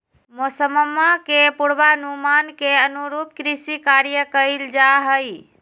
मौसम्मा के पूर्वानुमान के अनुरूप कृषि कार्य कइल जाहई